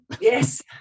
Yes